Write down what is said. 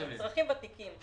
אזרחים ותיקים.